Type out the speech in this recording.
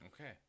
Okay